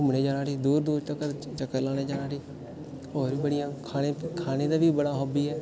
घुमने ई जाना ठी दूर दूर तक चक्कर लाने ई जाना उठी होर बी बड़ियां खाने दा बी बड़ा हाबी ऐ